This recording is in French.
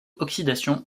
oxydation